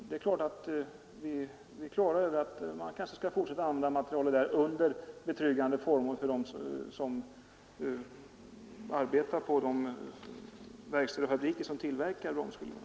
Man kanske skall fortsätta att använda materialet där under betryggande former för dem som arbetar på de verkstäder och fabriker som tillverkar bromsskivorna.